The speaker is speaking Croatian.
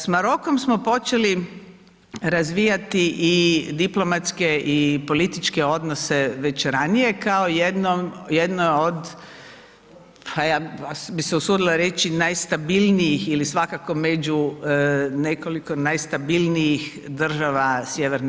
S Marokom smo počeli razvijati i diplomatske i političke odnose već ranije kao jedno od, pa ja bih se usudila reći, najstabilnijih ili svakako među nekoliko najstabilnijih država Sj.